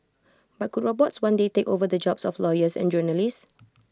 but could robots one day take over the jobs of lawyers and journalists